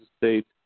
State